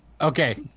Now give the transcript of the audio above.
okay